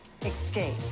escape